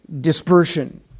dispersion